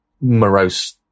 morose